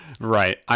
Right